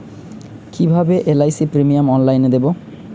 কিভাবে LIC premium অনলাইনে দেবো?